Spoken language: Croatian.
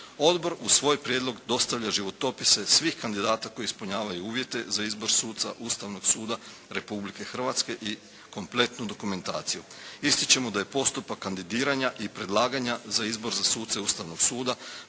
Odbor uz svoj prijedlog dostavlja životopise svih kandidata koji ispunjavaju uvjete za izbor suca Ustavnog suda Republike Hrvatske i kompletnu dokumentaciju. Ističemo da je postupak kandidiranja i predlaganja za izbor za suce Ustavnog suda